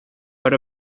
but